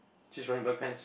she's wearing black pants